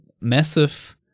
massive